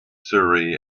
surrey